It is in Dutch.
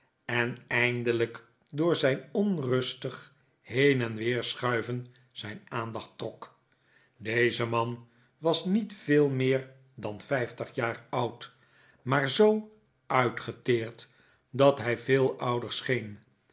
en eindelijk door zijn onrustig heen en weer schuiven zijn aandacht trok deze man was niet veel meer dan vijftig jaar oud maar zoo uitgeteerd dat hij veel ouder scheen